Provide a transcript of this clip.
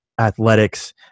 Athletics